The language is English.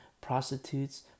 Prostitutes